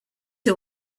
who